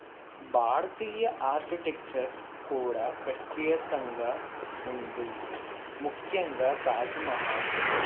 భారతీయ architecture కూడా ప్రత్యేతంగా ఉంది ముఖ్యంగా తాజ్మహల్